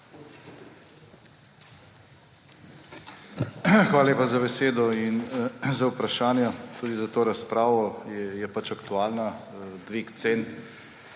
Hvala lepa za besedo ter za vprašanja tudi za to razpravo. Je pač aktualna, ne